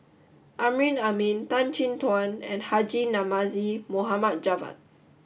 Amrin Amin Tan Chin Tuan and Haji Namazie Mohd Javad